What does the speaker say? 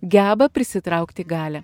geba prisitraukti galią